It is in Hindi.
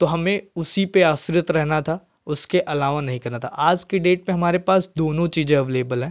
तो हमें उसी पर आश्रित रहना था उसके अलावा नहीं करना था आज की डेट में हमारे पास दोनों चीज़ें अवेलेबल हैं